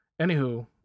Anywho